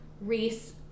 Reese